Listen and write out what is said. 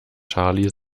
charlie